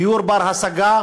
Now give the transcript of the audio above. דיור בר-השגה,